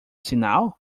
sinal